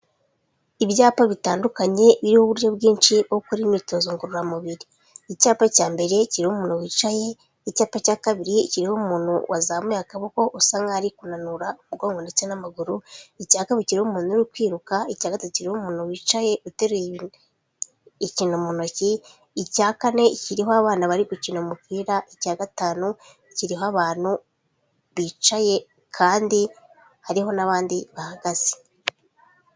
Ibyapa bitandukanye birimo uburyo bwinshi bwo gukora imyitozo ngororamubiri. Icyapa cya mbere kiriho umuntu wicaye, icyapa cya kabiri kiriho umuntu wazamuye akaboko, usa nk'aho ari kunanura umugongo ndetse n'amaguru. Icya kabiri kiho umuntu uri kwiruka, icya gatatu kiriho umuntu wicaye uteruye ikintu mu ntoki, icya kane kiriho abana bari gukina umupira, icya gatanu kiriho abantu bicaye; kandi hariho n'abandi bahagaze.